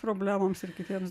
problemoms ir kitiems